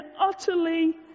utterly